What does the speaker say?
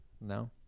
No